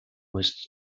was